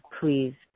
please